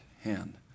hand